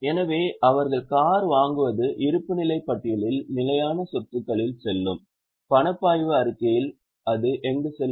எனவே அவர்களுக்கு கார் வாங்குவது இருப்புநிலைப் பட்டியலில் நிலையான சொத்துகளில் செல்லும் பணப்பாய்வு அறிக்கையில் அது எங்கு செல்லும்